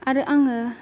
आरो आङो